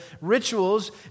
rituals